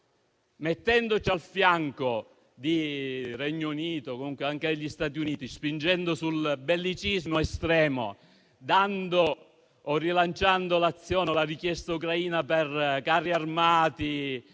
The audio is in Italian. mettendosi al fianco di Regno Unito e Stati Uniti, spingendo sul bellicismo estremo, rilanciando l'azione o la richiesta ucraina di carri armati